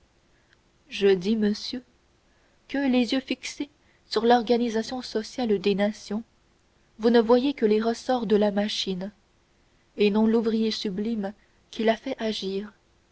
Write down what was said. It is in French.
je dis monsieur que les yeux fixés sur l'organisation sociale des nations vous ne voyez que les ressorts de la machine et non l'ouvrier sublime qui la fait agir